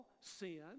sin